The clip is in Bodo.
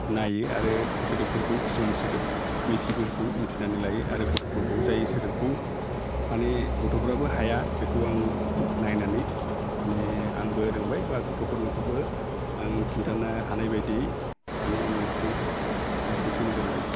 नायो आरो सोदोबफोरखौ किसुमान सोदोब मिथियैफोरखौ मिथिनानै लायो आरो गथ'फोरखौबो जाय सोदोबखौ माने गथ'फोराबो हाया बेखौ आं नायनानै माने आंबो रोंबाय एबा गथ'फोरखौबो आं खिन्थानो हानाय बायदि माने इंलिसजों बांसिन सोमोन्दो लायो